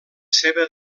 seva